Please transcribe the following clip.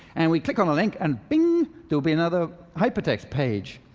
and we click on the link and bing there'll be another hypertext page.